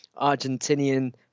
Argentinian